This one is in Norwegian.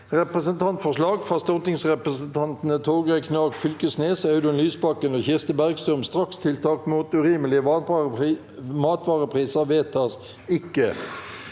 Representantforslag fra stortingsrepresentantene Torgeir Knag Fylkesnes, Audun Lysbakken og Kirsti Bergstø om strakstiltak mot urimelige matvarepriser (Innst.